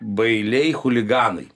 bailiai chuliganai